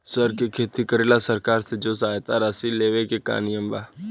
सर के खेती करेला सरकार से जो सहायता राशि लेवे के का नियम बा?